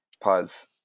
Pause